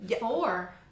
four